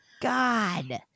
God